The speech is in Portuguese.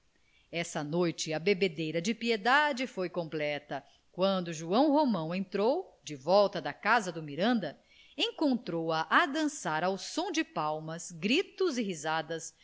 essa noite a bebedeira de piedade foi completa quando joão romão entrou de volta da casa do miranda encontrou-a a dançar ao som de palmas gritos e risadas